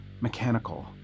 mechanical